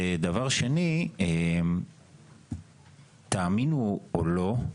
דבר שני, תאמינו או לא,